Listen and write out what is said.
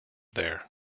there